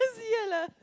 ya lah